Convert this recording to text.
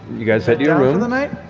you guys head to your rooms